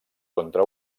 contra